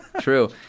True